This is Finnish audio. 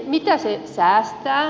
mitä se säästää